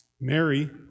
Mary